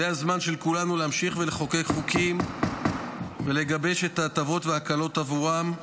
זה הזמן של כולנו להמשיך לחוקק חוקים ולגבש את ההטבות וההקלות עבורם.